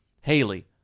Haley